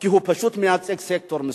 כי הוא פשוט מייצג סקטור מסוים.